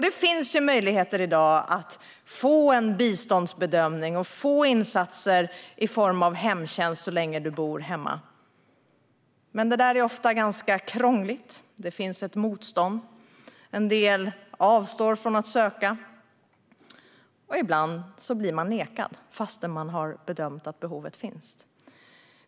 Det finns i dag möjligheter att få en biståndsbedömning och att få insatser i form av hemtjänst så länge du bor hemma. Men detta är ofta ganska krångligt, och det finns ett motstånd. En del avstår från att söka, och ibland blir man nekad fast man har bedömt att behovet finns.